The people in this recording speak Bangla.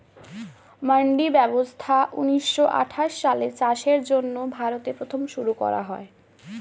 মান্ডি ব্যবস্থা ঊন্নিশো আঠাশ সালে চাষের জন্য ভারতে প্রথম শুরু করা হয়